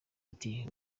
ati